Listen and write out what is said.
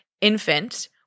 infant